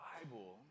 Bible